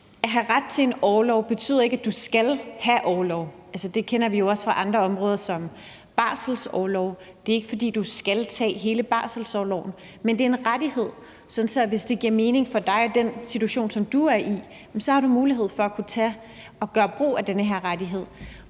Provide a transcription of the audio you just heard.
At have ret til orlov betyder ikke, at du skal have orlov. Det kender vi jo også fra andre områder som f.eks. barselsorlov. Det er ikke, fordi du skal tage hele barselsorloven, men det er en rettighed, sådan at hvis det giver mening for dig i den situation, som du er i, så har du mulighed for at gøre brug af den her rettighed.